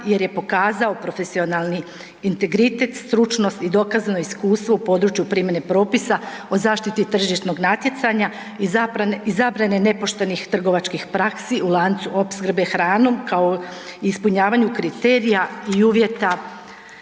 jer je pokazao profesionalni integritet, stručnost i dokazano iskustvo u području primjene propisa o zaštiti tržišnog natjecanja i zabrane nepoštenih trgovačkih praksi u lancu opskrbe hranom kao ispunjavanju kriterija i uvjeta